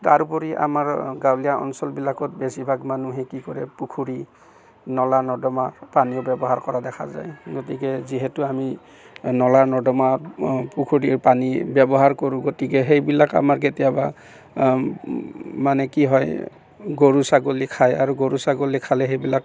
তাৰ উপৰি আমাৰ গাঁৱলীয়া অঞ্চলবিলাকত বেছিভাগ মানুহে কি কৰে পুখুৰী নলা নৰ্দমা পানী ব্যৱহাৰ কৰা দেখা যায় গতিকে যিহেতু আমি নলা নৰ্দমা পুখুৰীৰ পানী ব্যৱহাৰ কৰোঁ গতিকে সেইবিলাক আমাৰ কেতিয়াবা মানে কি হয় গৰু ছাগলী খাই আৰু গৰু ছাগলী খালে সেইবিলাক